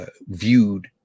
viewed